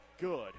Good